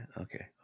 Okay